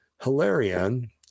Hilarion